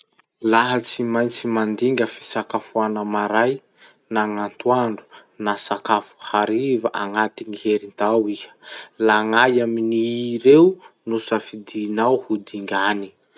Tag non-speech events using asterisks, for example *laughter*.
Laha *noise* tsy maintsy mampijano fihinana hany iraiky iha amin'ny isanandro, *noise* ohatsy ny maray, *noise* na atoandro, na hariva, agnatin'ny heritao. *noise* La gn'aia gn'aminy gny hofilinao hajano.